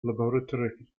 laboratory